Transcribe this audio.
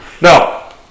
No